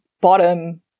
bottom